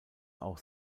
auch